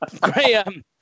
graham